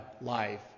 life